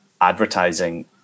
advertising